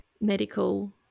medical